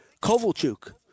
Kovalchuk